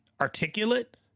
articulate